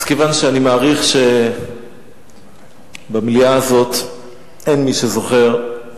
כיוון שאני מעריך שבמליאה הזאת אין מי שזוכר,